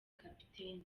kapiteni